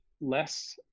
less